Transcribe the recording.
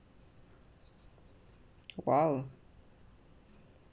!wow!